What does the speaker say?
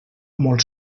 molt